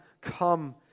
come